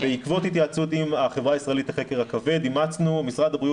בעקבות התייעצות עם החברה הישראלית לחקר הכבד משרד הבריאות